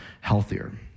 healthier